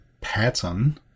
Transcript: pattern